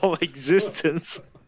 existence